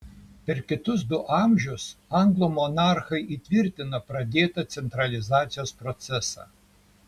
per kitus du amžius anglų monarchai įtvirtino pradėtą centralizacijos procesą